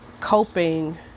coping